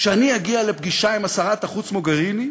להתחיל תהליך של שיקום מול הבית הלבן,